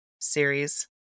series